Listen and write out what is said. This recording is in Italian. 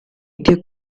più